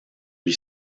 lui